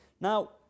Now